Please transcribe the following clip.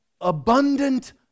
abundant